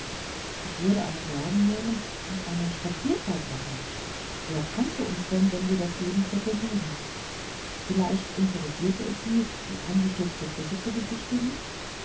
wir würden einen wagen nehmen und eine spazierfahrt machen wer kannte uns denn wenn wir das judenviertel mieden vielleicht interessierte es sie die eingestürzte brücke zu besichtigen